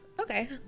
Okay